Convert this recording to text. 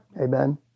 Amen